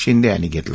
शिंदे यांनी घेतला